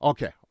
Okay